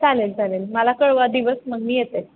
चालेल चालेल मला कळवा दिवस म मी येते